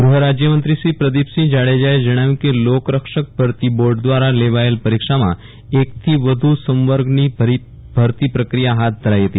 ગૃહ રાજ્ય મંત્રી શ્રી પ્રદિપસિંહ જાડેજાએ જણાવ્યું કે લોકરક્ષક ભરતી બોર્ડ દ્વારા લેવાયેલ પરીક્ષામાં એક થી વધુ સંવર્ગની ભરતી પ્રક્રિયા હાથ ધરાઇ હતી